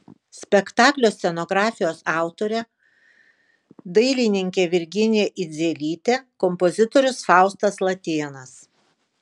spektaklio scenografijos autorė dailininkė virginija idzelytė kompozitorius faustas latėnas